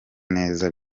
neza